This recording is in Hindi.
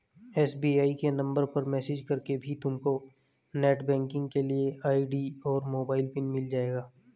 एस.बी.आई के नंबर पर मैसेज करके भी तुमको नेटबैंकिंग के लिए आई.डी और मोबाइल पिन मिल जाएगा